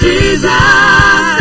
Jesus